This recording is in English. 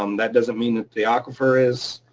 um that doesn't mean that the aquifer is.